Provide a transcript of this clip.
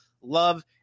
love